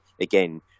again